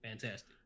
Fantastic